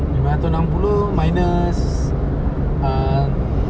lima ratus enam puluh minus err